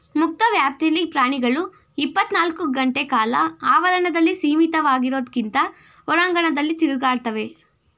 ಮುಕ್ತ ವ್ಯಾಪ್ತಿಲಿ ಪ್ರಾಣಿಗಳು ಇಪ್ಪತ್ನಾಲ್ಕು ಗಂಟೆಕಾಲ ಆವರಣದಲ್ಲಿ ಸೀಮಿತವಾಗಿರೋದ್ಕಿಂತ ಹೊರಾಂಗಣದಲ್ಲಿ ತಿರುಗಾಡ್ತವೆ